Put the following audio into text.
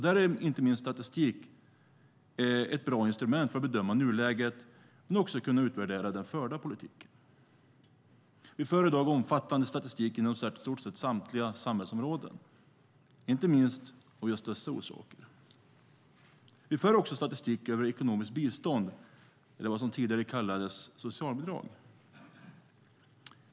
Där är inte minst statistik ett bra instrument för att bedöma nuläget, men också för att kunna utvärdera den förda politiken. Vi för i dag omfattande statistik inom i stort sett samtliga samhällsområden, inte minst av just dessa orsaker. Vi för också statistik över ekonomiskt bistånd eller vad som tidigare kallades socialbidrag.